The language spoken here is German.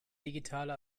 digitale